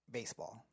baseball